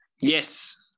Yes